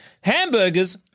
Hamburgers